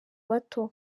bato